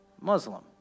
Muslim